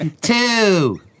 Two